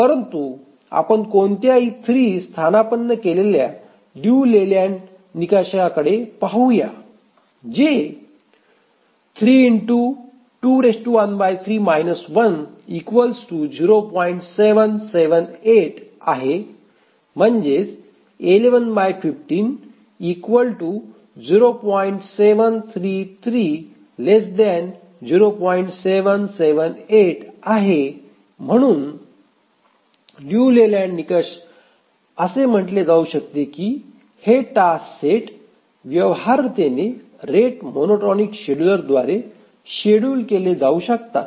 परंतु आपण कोणत्याही 3 स्थानापन्न केलेल्या लिऊ लेलँड निकषाकडे पाहूया जे आहे म्हणजेच आहे म्हणून लिऊ लेलँड निकष असे म्हटले जाऊ शकते की हे टास्क सेट व्यवहार्यतेने रेट मोनोटॉनिक शेड्यूलरद्वारे शेड्युल केले जाऊ शकतात